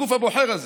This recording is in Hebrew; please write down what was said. בגוף הבוחר הזה,